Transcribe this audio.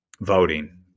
voting